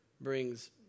brings